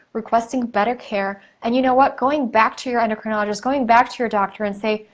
requesting better care, and you know what, going back to your endocrinologist, going back to your doctor and saying,